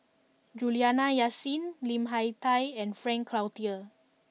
Juliana Yasin Lim Hak Tai and Frank Cloutier